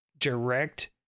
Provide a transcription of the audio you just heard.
direct